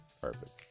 Perfect